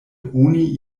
oni